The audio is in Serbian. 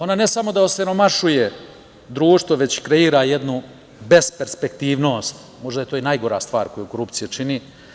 Ona ne samo da osiromašuje društvo, već kreira besperspektivnost, možda je to i najgora stvar koju korupcija čini.